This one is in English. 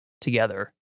together